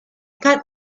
got